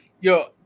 Yo